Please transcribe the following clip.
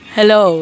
Hello